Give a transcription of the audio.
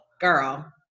Girl